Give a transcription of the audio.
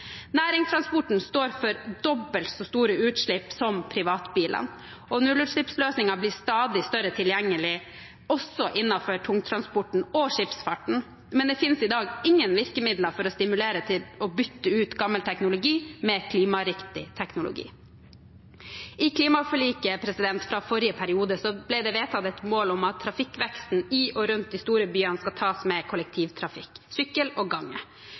Næringstransporten står for dobbelt så store utslipp som privatbilene. Nullutslippsløsninger blir stadig mer tilgjengelig også innenfor tungtransporten og skipsfarten, men det finnes i dag ingen virkemidler for å stimulere til å bytte ut gammel teknologi med klimariktig teknologi. I klimaforliket fra forrige periode ble det vedtatt et mål om at trafikkveksten i og rundt de store byene skal tas med kollektivtrafikk, sykkel og gange.